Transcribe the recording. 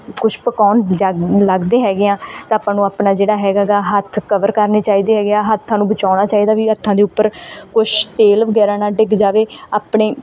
ਕੁਛ ਪਕਾਉਣ ਜਗ ਲੱਗਦੇ ਹੈਗੇ ਹਾਂ ਤਾਂ ਆਪਾਂ ਨੂੰ ਆਪਣਾ ਜਿਹੜਾ ਹੈਗਾ ਗਾ ਹੱਥ ਕਵਰ ਕਰਨੇ ਚਾਹੀਦੇ ਹੈਗੇ ਆ ਹੱਥਾਂ ਨੂੰ ਬਚਾਉਣਾ ਚਾਹੀਦਾ ਵੀ ਹੱਥਾਂ ਦੇ ਉੱਪਰ ਕੁਛ ਤੇਲ ਵਗੈਰਾ ਨਾ ਡਿੱਗ ਜਾਵੇ ਆਪਣੇ